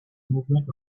movement